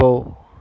போ